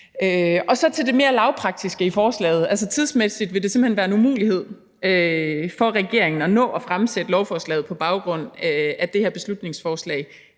Så til det mere lavpraktiske i forslaget. Altså, tidsmæssigt vil det simpelt hen være en umulighed for regeringen at nå at fremsætte lovforslaget på baggrund af det her beslutningsforslag